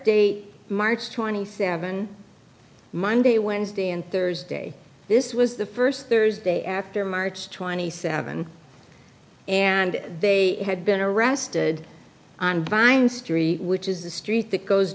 date march twenty seven monday wednesday and thursday this was the first thursday after march twenty seventh and they had been arrested on vine street which is a street that goes